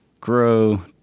grow